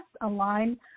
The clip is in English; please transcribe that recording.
align